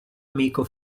amico